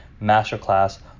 masterclass